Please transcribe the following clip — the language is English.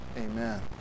Amen